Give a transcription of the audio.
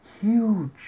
huge